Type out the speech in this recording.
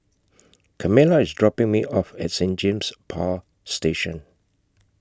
Carmela IS dropping Me off At Saint James Power Station